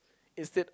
instead